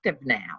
now